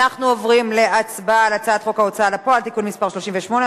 אנחנו עוברים להצבעה על הצעת חוק ההוצאה לפועל (תיקון מס' 38),